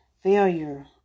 failure